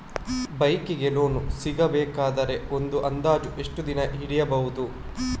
Bike ಗೆ loan ಸಿಗಬೇಕಾದರೆ ಒಂದು ಅಂದಾಜು ಎಷ್ಟು ದಿನ ಹಿಡಿಯಬಹುದು?